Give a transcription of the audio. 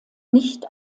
nicht